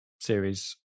series